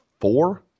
four